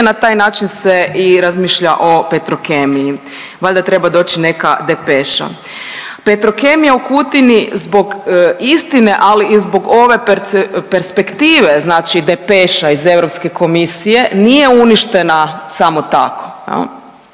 na taj način se i razmišlja o Petrokemiji. Valjda treba doći neka depeša. Petrokemija u Kutini zbog istine, ali i zbog ove perspektive znači depeša iz Europske komisije nije uništena samo tako,